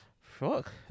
fuck